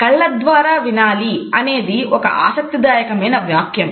కళ్ల ద్వారా వినాలి అనేది ఒక ఆసక్తిదాయకమైన వాక్యం